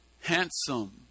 handsome